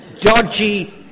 dodgy